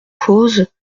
cause